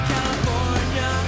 California